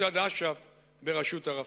מצד אש"ף בראשות ערפאת.